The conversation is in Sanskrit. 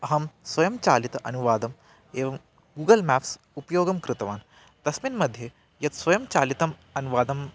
अहं स्वयं चालित अनुवादम् एवं गूगल् म्याप्स् उपयोगं कृतवान् तस्मिन् मध्ये यत् स्वयं चालितम् अनुवादं